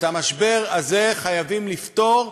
את המשבר הזה חייבים לפתור.